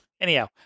Anyhow